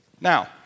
Now